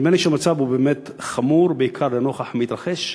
נדמה לי שהמצב באמת חמור, בעיקר לנוכח המתרחש,